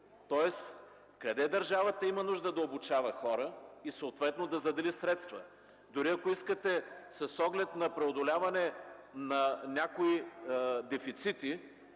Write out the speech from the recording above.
тоест къде държавата има нужда да обучава хора и съответно да задели средства. Дори, ако искате с оглед на преодоляване на някои дефицити,